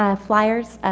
ah flyers,